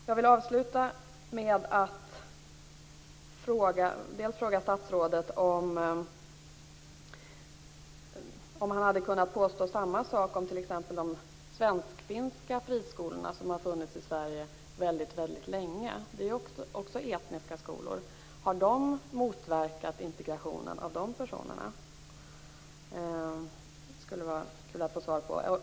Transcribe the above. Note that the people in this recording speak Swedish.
Jag vill avsluta med att fråga statsrådet om han hade kunnat påstå samma sak om t.ex. de svenskfinska friskolorna, som funnits i Sverige väldigt länge. De är ju också etniska skolor. Har de motverkat integration av de personerna? Det skulle vara kul att få svar på.